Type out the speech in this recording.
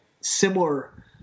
similar